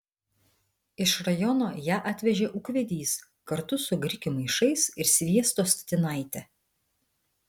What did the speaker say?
iš rajono ją atvežė ūkvedys kartu su grikių maišais ir sviesto statinaite